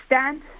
stand